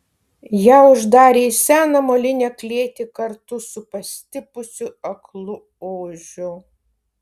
ją uždarė į seną molinę klėtį kartu su pastipusiu aklu ožiu